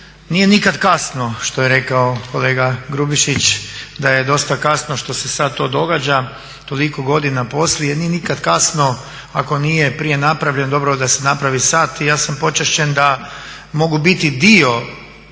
nije nikada kasno što je rekao kolega Grubišić da je dosta kasno što se sada to događa toliko godina poslije, nije nikada kasno ako nije prije napravljen, dobro je da se napravi sad. I ja sam počašćen da mogu biti dio